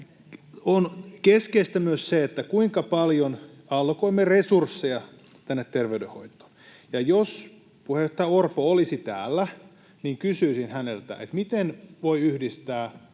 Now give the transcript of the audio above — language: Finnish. On keskeistä myös se, kuinka paljon allokoimme resursseja terveydenhoitoon. Jos puheenjohtaja Orpo olisi täällä, niin kysyisin häneltä, miten voi yhdistää